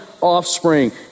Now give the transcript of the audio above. offspring